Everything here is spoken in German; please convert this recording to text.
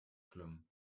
schlimm